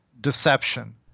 deception